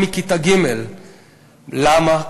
למה?